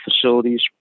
facilities